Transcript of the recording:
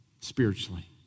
spiritually